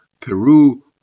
Peru